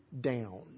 down